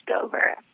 over